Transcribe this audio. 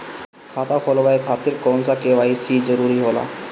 खाता खोलवाये खातिर कौन सा के.वाइ.सी जरूरी होला?